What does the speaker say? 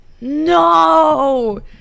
no